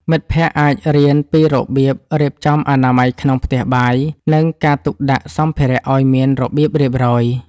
មិត្តភក្តិអាចរៀនពីរបៀបរៀបចំអនាម័យក្នុងផ្ទះបាយ និងការទុកដាក់សម្ភារៈឱ្យមានរបៀបរៀបរយ។